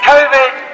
Covid